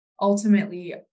ultimately